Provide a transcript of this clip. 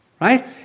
right